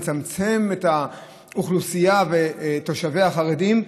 לצמצם את האוכלוסייה ותושביה החרדים,